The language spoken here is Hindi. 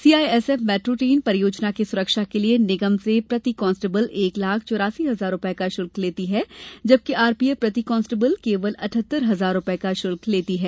सीआईएसएफ मेट्रो ट्रेन परियोजना की सुरक्षा के लिए निगम से प्रति कॉन्स्टेबल एक लाख चौरासी हजार रुपए का शुल्क लेती है जबकि आरपीएफ प्रति कॉन्स्टेबल केवल अठहतर हजार रुपए का शुल्क लेती है